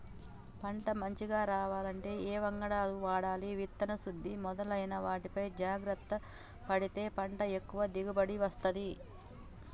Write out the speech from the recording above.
పంట మంచిగ రావాలంటే ఏ వంగడాలను వాడాలి విత్తన శుద్ధి మొదలైన వాటిపై జాగ్రత్త పడితే పంట ఎక్కువ దిగుబడి వస్తది